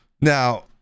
Now